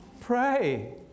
Pray